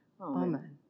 Amen